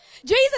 Jesus